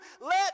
Let